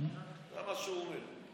זה מה שהוא אומר.